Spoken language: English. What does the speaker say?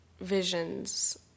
visions